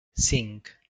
cinc